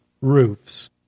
Roofs